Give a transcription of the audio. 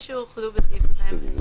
(2)בסעיף 8,